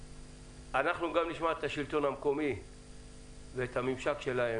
אנחנו גם נשמע את השלטון המקומי ואת הממשק שלהם,